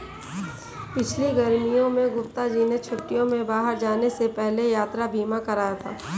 पिछली गर्मियों में गुप्ता जी ने छुट्टियों में बाहर जाने से पहले यात्रा बीमा कराया था